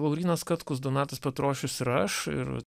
laurynas katkus donatas petrošius ir aš ir